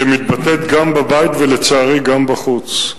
שמתבטאת גם בבית, ולצערי גם בחוץ.